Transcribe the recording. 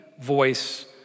voice